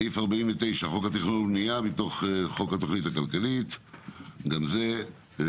סעיף 49 (חוק התכנון והבנייה) מתוך הצעת חוק התכלית הכלכלית; ו פרק